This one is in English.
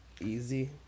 easy